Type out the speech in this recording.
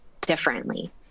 differently